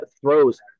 throws